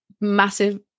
massive